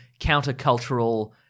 countercultural